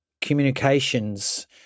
communications